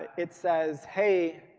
it says hey,